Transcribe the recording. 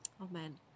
amen